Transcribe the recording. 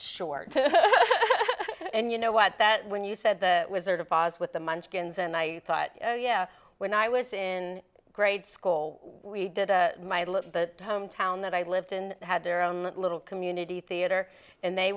short and you know what that when you said the wizard of oz with the munchkins and i thought oh yeah when i was in grade school we did the hometown that i lived in had their own little community theater and they